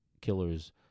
killers